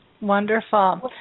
Wonderful